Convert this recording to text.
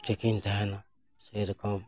ᱴᱷᱤᱠᱤᱧ ᱛᱟᱦᱮᱱᱟ ᱥᱮᱨᱚᱠᱚᱢ